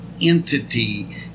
entity